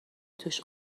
توش